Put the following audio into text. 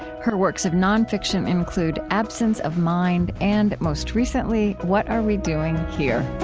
her works of nonfiction include absence of mind and, most recently, what are we doing here?